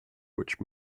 which